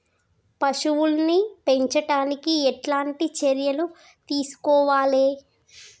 పశువుల్ని పెంచనీకి ఎట్లాంటి చర్యలు తీసుకోవాలే?